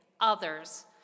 others